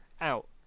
out